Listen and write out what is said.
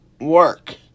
work